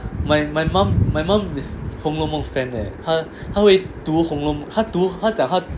my my mum my mum is 红楼梦 fan leh 她她会读红楼梦她读她讲她读